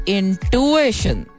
intuition